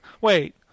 Wait